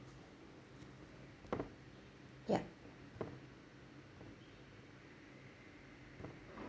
ya